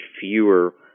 fewer